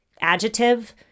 adjective